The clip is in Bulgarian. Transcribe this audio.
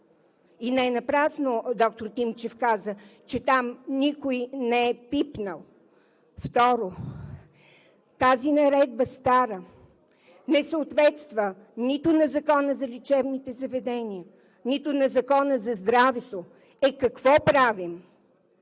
И не напразно доктор Тимчев каза, че там никой не е пипнал. Второ, тази стара наредба не съответства нито на Закона за лечебните заведения, нито на Закона за здравето. Е, какво правим?!